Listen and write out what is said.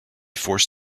forced